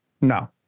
No